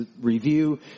review